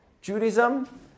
Judaism